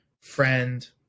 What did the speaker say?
friend